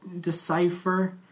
decipher